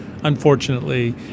unfortunately